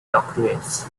doctorates